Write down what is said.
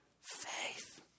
faith